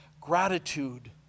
Gratitude